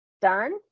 done